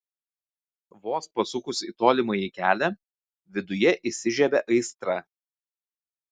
vos pasukus į tolimąjį kelią viduje įsižiebia aistra